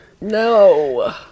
No